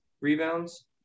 rebounds